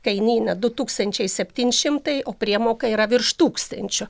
kainyne du tūkstančiai septyn šimtai o priemoka yra virš tūkstančio